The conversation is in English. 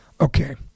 okay